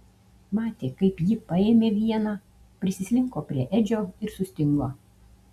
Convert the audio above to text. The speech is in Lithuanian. matė kaip ji paėmė vieną prisislinko prie edžio ir sustingo